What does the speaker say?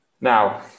Now